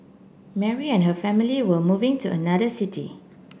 Mary and her family were moving to another city